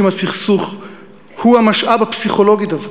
הסכסוך הוא המשאב הפסיכולוגי דווקא.